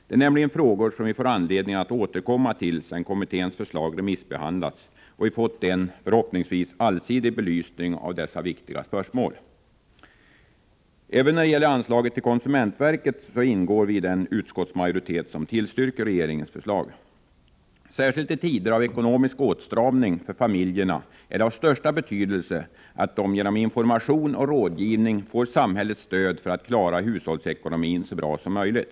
Det är nämligen frågor som vi får anledning att återkomma till sedan kommitténs förslag remissbehandlats och vi har fått en förhoppningsvis allsidig belysning av dessa viktiga spörsmål. Även när det gäller anslaget till konsumentverket ingår vi i den utskottsmajoritet som tillstyrker regeringens förslag. Särskilt i tider av ekonomisk åtstramning för familjerna är det av största betydelse att människorna genom information och rådgivning får samhällets stöd så att de skall klara av hushållsekonomin så bra som möjligt.